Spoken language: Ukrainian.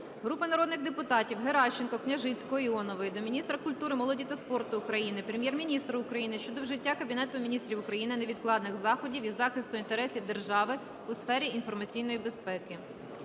Групи народних депутатів (Геращенко, Княжицького, Іонової) до міністра культури, молоді та спорту України, Прем'єр-міністра України щодо вжиття Кабінетом Міністрів України невідкладних заходів із захисту інтересів держави у сфері інформаційної безпеки.